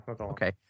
Okay